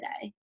today